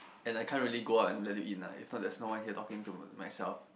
and I can't really go out and let it in ah if not there is no one here talking to myself